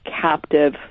captive